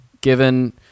given